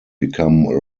become